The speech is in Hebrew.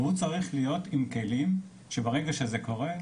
והוא צריך להיות עם כלים שברגע שזה קורה,